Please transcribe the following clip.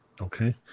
Okay